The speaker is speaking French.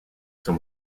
son